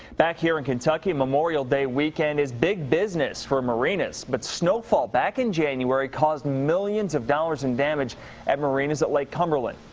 back here in kentucky. memorial day weekend is big business for marinas! but snowfall back in january. caused millions of dollars in damage at marinas at lake cumberland.